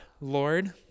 Lord